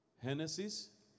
Genesis